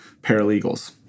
paralegals